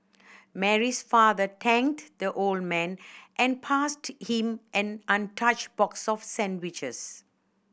Mary's father thanked the old man and passed him an untouched box of sandwiches